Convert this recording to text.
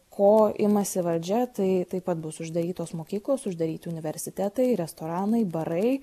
ko imasi valdžia tai taip pat bus uždarytos mokyklos uždaryti universitetai restoranai barai